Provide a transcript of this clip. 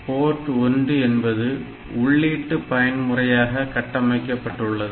board 1 என்பது உள்ளீட்டுப் பயன்முறையாக கட்டமைக்கப்பட உள்ளது